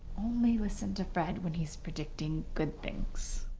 only listen to fred when he's predicting good things.